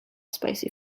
spicy